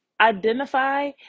identify